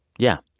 yeah.